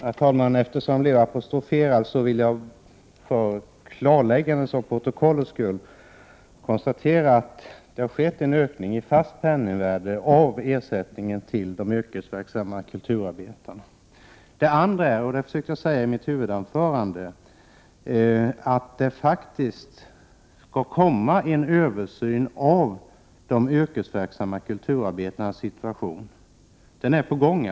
Herr talman! Eftersom jag blev apostroferad vill jag klarlägga och för protokollets skull konstatera att det har skett en ökning i fast penningvärde av ersättningen till de yrkesverksamma kulturarbetarna. Jag vill även säga — vilket jag försökte göra i mitt huvudanförande — att det faktiskt skall komma en översyn av de yrkesverksamma kulturarbetarnas situation. Den är på gång.